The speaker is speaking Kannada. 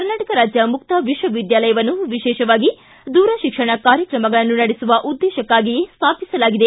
ಕರ್ನಾಟಕ ರಾಜ್ಯ ಮುಕ್ತ ವಿಶ್ವವಿದ್ಯಾಲಯವನ್ನು ವಿಶೇಷವಾಗಿ ದೂರತಿಕ್ಷಣ ಕಾರ್ಯಕ್ರಮಗಳನ್ನು ನಡೆಸುವ ಉದ್ದೇಶಕ್ಕಾಗಿಯೇ ಸ್ವಾಪಿಸಲಾಗಿದೆ